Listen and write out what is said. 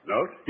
Note